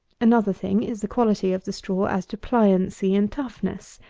another thing is, the quality of the straw as to pliancy and toughness.